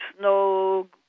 no